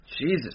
Jesus